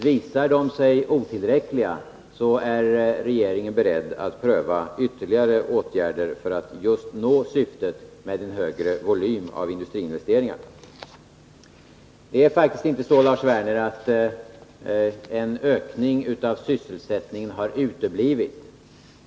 Visar det sig att åtgärderna är otillräckliga, är regeringen beredd att pröva ytterligare åtgärder för att uppnå syftet att få en högre volym på industriinvesteringarna. Det är faktiskt inte så, Lars Werner, att en ökning av sysselsättningen har uteblivit.